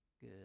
good